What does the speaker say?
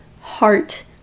heart